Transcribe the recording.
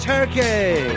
Turkey